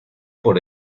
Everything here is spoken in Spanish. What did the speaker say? por